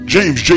James